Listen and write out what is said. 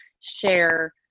share